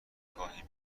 گاهی